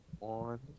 on